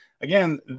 again